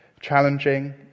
challenging